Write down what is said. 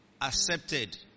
accepted